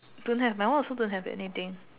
don't have my one also don't have anything